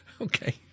Okay